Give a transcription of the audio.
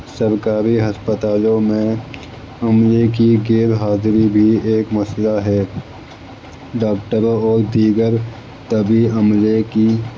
سرکاری ہسپتالوں میں عملے کی غیر حاضری بھی ایک مسئلہ ہے ڈاکٹروں اور دیگر طبی عملے کی